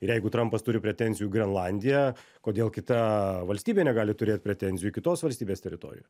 ir jeigu trampas turi pretenzijų į grenlandiją kodėl kita valstybė negali turėt pretenzijų į kitos valstybės teritoriją